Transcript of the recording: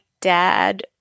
dad